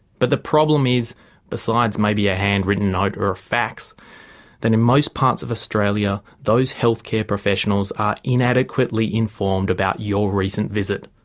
but the problem is besides maybe a hand written note or a fax that in most parts of australia those health care professionals are inadequately informed about your recent visit.